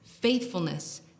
faithfulness